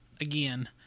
again